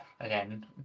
again